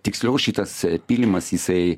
tiksliau šitas pylimas jisai